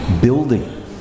Building